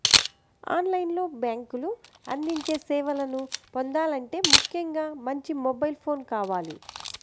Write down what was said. on line లో బ్యేంకులు అందించే సేవలను పొందాలంటే ముఖ్యంగా మంచి మొబైల్ ఫోన్ కావాలి